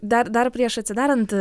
dar dar prieš atsidarant